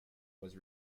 was